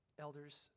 Elders